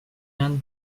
hand